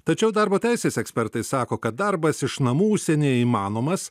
tačiau darbo teisės ekspertai sako kad darbas iš namų užsienyje įmanomas